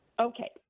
okay